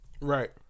Right